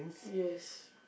yes